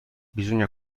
bisogna